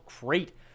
great